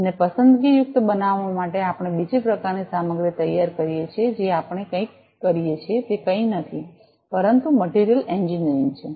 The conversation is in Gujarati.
તેને પસંદગીયુક્ત બનાવવા માટે આપણે બીજી પ્રકારની સામગ્રી તૈયાર કરીએ છીએ જે આપણે કરીએ છીએ તે કંઈ નથી પરંતુ મટિરીયલ એન્જિનિયરિંગછે